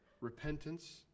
repentance